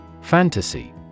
Fantasy